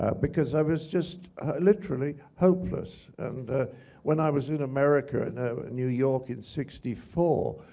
ah because i was just literally hopeless. and when i was in america, in new york in sixty four,